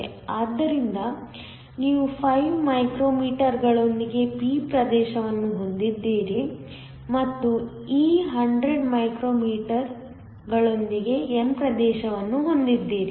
ಆದ್ದರಿಂದ ನೀವು 5 ಮೈಕ್ರೋ ಮೀಟರ್ಗಳೊಂದಿಗೆ p ಪ್ರದೇಶವನ್ನು ಹೊಂದಿದ್ದೀರಿ ಮತ್ತು ಈ 100 ಮೈಕ್ರೋ ಮೀಟರ್ಗಳೊಂದಿಗೆ n ಪ್ರದೇಶವನ್ನು ಹೊಂದಿದ್ದೀರಿ